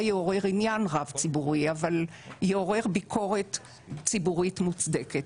יעורר עניין רב ציבורי אבל יעורר ביקורת ציבורית מוצדקת.